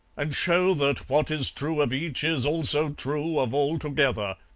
and show that what is true of each, is also true of all, together.